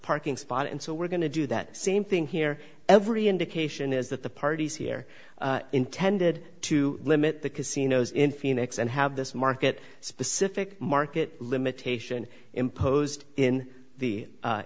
parking spot and so we're going to do that same thing here every indication is that the parties here intended to limit the casinos in phoenix and have this market specific market limitation imposed in the